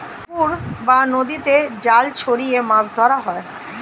পুকুর বা নদীতে জাল ছড়িয়ে মাছ ধরা হয়